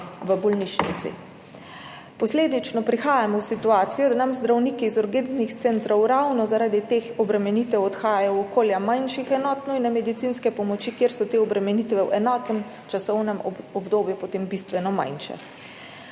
v bolnišnici. Posledično prihajamo v situacijo, da nam zdravniki iz urgentnih centrov ravno zaradi teh obremenitev odhajajo v okolja manjših enot nujne medicinske pomoči, kjer so te obremenitve v enakem časovnem obdobju potem bistveno manjše.